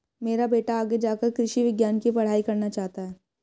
मेरा बेटा आगे जाकर कृषि विज्ञान की पढ़ाई करना चाहता हैं